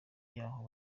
y’aho